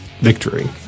victory